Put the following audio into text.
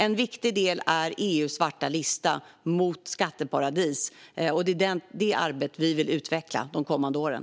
En viktig del är EU:s svarta lista mot skatteparadis. Det är det arbetet som vi vill utveckla de kommande åren.